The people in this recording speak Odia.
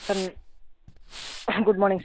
ସାର୍ ମୁଁ ଗୁଡ଼୍ ମର୍ନିଙ୍ଗ ସାର୍